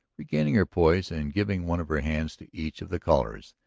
regaining her poise and giving one of her hands to each of the callers,